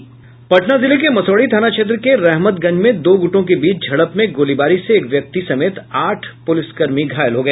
पटना जिले के मसौढ़ी थाना क्षेत्र के रहमतगंज में दो गूटों के बीच झड़प में गोलीबारी से एक व्यक्ति समेत आठ पुलिसकर्मी घायल हो गया